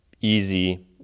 easy